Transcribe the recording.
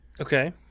Okay